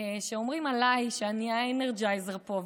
אומרים עליי שאני האנרג'ייזר פה,